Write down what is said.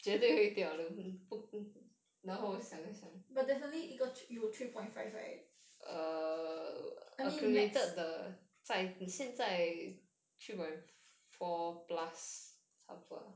but definitely 一个有 three point five right I mean max